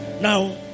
Now